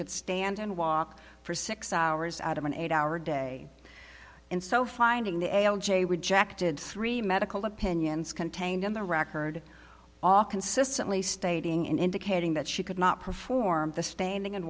could stand and walk for six hours out of an eight hour day and so finding the a l j rejected three medical opinions contained in the record all consistently stating in indicating that she could not perform the standing and